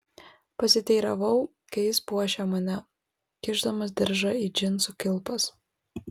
pasiteiravau kai jis puošė mane kišdamas diržą į džinsų kilpas